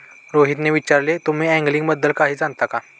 रोहितने विचारले, तुम्ही अँगलिंग बद्दल काही जाणता का?